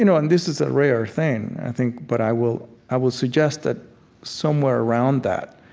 you know and this is a rare thing, i think. but i will i will suggest that somewhere around that,